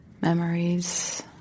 memories